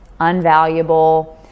unvaluable